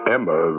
Emma